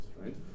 right